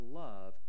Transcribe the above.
love